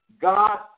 God